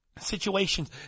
Situations